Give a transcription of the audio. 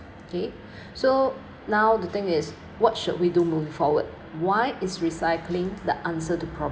okay so now the thing is what should we do moving forward why is recycling the answer to